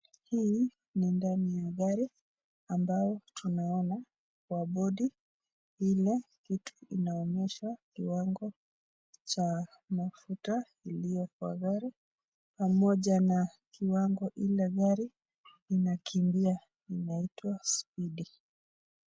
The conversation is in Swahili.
Hii ni ndani ya gari ambao tunaona kwa bodi il kitu inaonyesha kiwango cha mafuta iliyo kwa gari pamoja na kiwango ile gari inakimbia, inaitwa spidi.